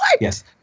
yes